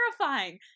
terrifying